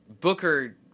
Booker